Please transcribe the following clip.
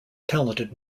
talented